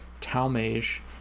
Talmage